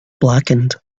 blackened